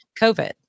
COVID